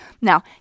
now